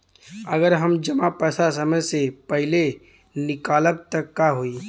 अगर हम जमा पैसा समय से पहिले निकालब त का होई?